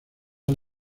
han